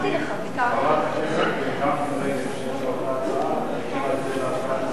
חוק ומשפט והוועדה לקידום